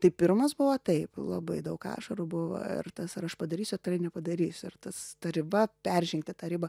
tai pirmas buvo taip labai daug ašarų buvo ir tas ar aš padarysiu ar tiktai nepadarysiu ir tas ta riba peržengti tą ribą